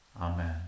Amen